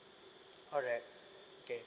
alright K